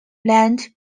land